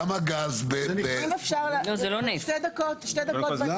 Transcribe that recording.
אם אפשר בשתי דקות, שתי דקות ואני אסיים את דבריי.